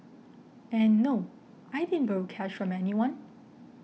and no I didn't borrow cash from anyone